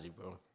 bro